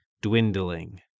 dwindling